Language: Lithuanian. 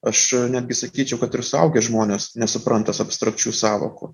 aš netgi sakyčiau kad ir suaugę žmonės nesupranta abstrakčių sąvokų